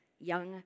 young